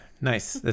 Nice